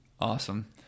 awesome